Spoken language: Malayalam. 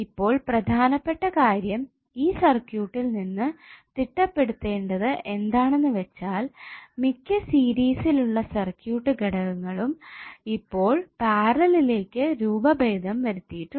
ഇപ്പോൾ പ്രധാനപ്പെട്ട കാര്യം ഈ സർക്യൂട്ടിൽ നിന്ന് തിട്ടപ്പെടുത്തേണ്ടത് എന്താണെന്ന് വെച്ചാൽ മിക്ക സീരിസിൽ ഉള്ള സർക്യൂട്ട് ഘടകങ്ങളും ഇപ്പോൾ പാരലലിലേക്കു രൂപഭേദം വരുത്തിയിട്ടുണ്ട്